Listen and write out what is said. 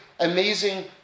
amazing